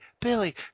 billy